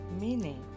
meaning